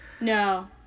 No